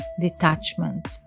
detachment